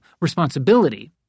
responsibility